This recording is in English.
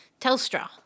Telstra